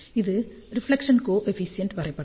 இது reflection coefficient வரைப்படம்